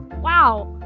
wow!